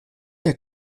der